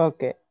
Okay